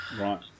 right